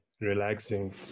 relaxing